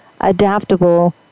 adaptable